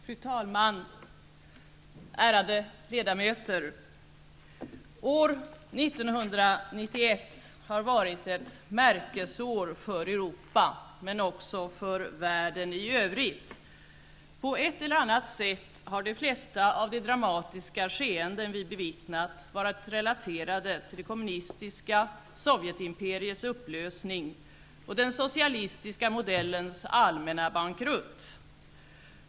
Fru talman! Ärade ledamöter! År 1991 har varit ett märkesår för Europa men också för världen i övrigt. På ett eller annat sätt har de flesta av de dramatiska skeenden vi bevittnat varit relaterade till det kommunistiska Sovjetimperiets upplösning och den socialistiska modellens allmänna bankrutt.